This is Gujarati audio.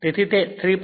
તેથી તે 3